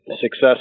success